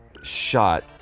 shot